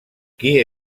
qui